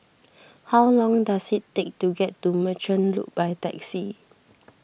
how long does it take to get to Merchant Loop by taxi